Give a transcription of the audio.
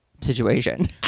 situation